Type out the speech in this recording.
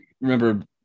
remember